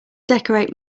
decorate